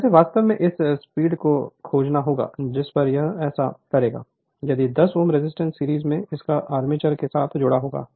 जैसे वास्तव में उस स्पीड को खोजना होगा जिस पर यह ऐसा करेगा यदि 10 Ω रेजिस्टेंस सीरीज में इसकी आर्मेचर के साथ जुड़ा हुआ है